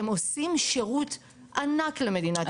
הם עושים שירות ענק למדינת ישראל.